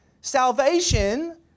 salvation